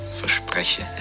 verspreche